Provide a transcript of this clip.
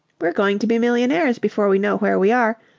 we're going to be millionaires before we know where we are,